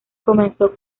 comenzó